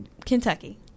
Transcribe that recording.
Kentucky